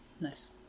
nice